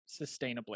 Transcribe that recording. sustainably